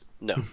No